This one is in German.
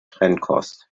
trennkost